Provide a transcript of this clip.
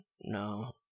no